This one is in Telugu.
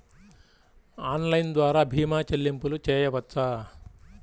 ఆన్లైన్ ద్వార భీమా చెల్లింపులు చేయవచ్చా?